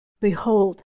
Behold